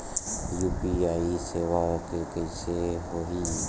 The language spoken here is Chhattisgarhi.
यू.पी.आई सेवा के कइसे होही?